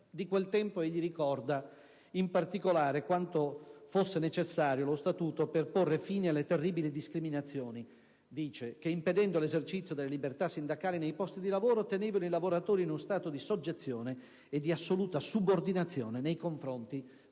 Di quel tempo egli ricorda in particolare quanto fosse necessario lo Statuto per porre fine alle terribili discriminazioni che, impedendo l'esercizio delle libertà sindacali nei posti di lavoro, tenevano i lavoratori in uno stato di soggezione e di assoluta subordinazione nei confronti